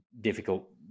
difficult